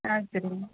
ஆ சரிங்க